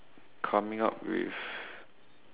coming up with